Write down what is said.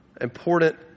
important